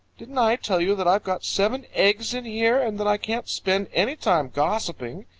didn't i tell you that i've got seven eggs in here, and that i can't spend any time gossiping?